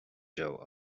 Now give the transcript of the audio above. joe